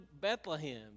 Bethlehem